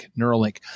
Neuralink